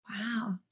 Wow